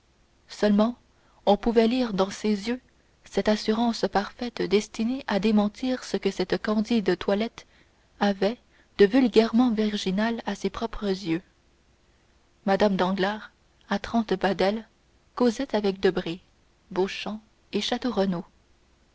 seulement on pouvait lire que dans ses yeux cette assurance parfaite destinée à démentir ce que cette candide toilette avait de vulgairement virginal à ses propres yeux mme danglars à trente pas d'elle causait avec debray beauchamp et